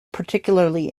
particularly